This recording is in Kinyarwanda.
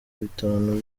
bitanu